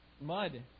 mud